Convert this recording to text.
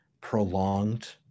prolonged